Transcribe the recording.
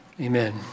Amen